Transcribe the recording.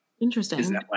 Interesting